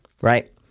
Right